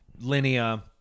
linear